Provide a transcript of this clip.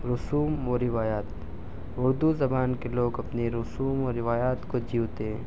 رسوم و روایات اردو زبان کے لوگ اپنے رسوم و روایات کو جیتے ہیں